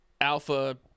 Alpha